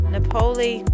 Napoli